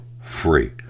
free